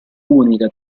unica